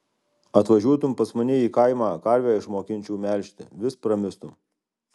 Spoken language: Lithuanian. atvažiuotum pas mane į kaimą karvę išmokinčiau melžti vis pramistum